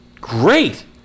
Great